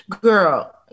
girl